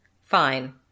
Fine